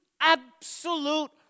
absolute